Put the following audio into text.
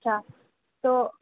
اچھا تو